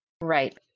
Right